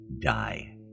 die